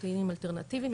פרוטאינים אלטרנטיביים,